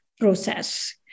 process